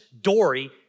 dory